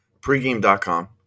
pregame.com